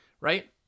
right